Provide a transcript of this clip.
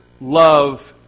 love